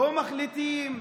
לא מחליטים?